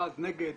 בעד, נגד,